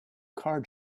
card